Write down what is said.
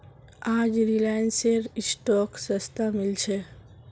आज रिलायंसेर स्टॉक सस्तात मिल छ